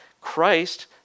Christ